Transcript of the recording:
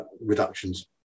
reductions